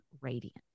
radiant